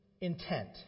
intent